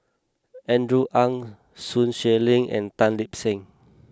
Andrew Ang Sun Xueling and Tan Lip Seng